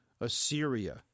Assyria